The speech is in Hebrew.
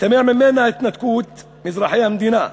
משתמעת מהם התנתקות מאזרחי המדינה,